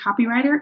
copywriter